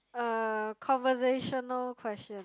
uh conversational question